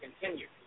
continue